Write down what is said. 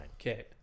okay